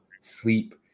sleep